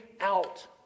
out